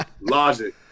logic